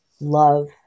love